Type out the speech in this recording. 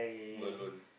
alone